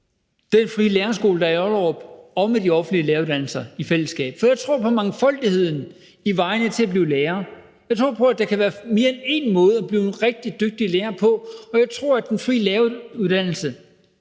Den Frie Lærerskole i Ollerup og med de offentlige læreruddannelser, for jeg tror på mangfoldigheden i vejene til at blive lærer. Jeg tror på, at der kan være mere end én måde at blive en rigtig dygtig lærer på, og jeg tror, at den frie læreruddannelse